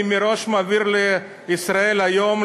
אני מראש מעביר ל"ישראל היום",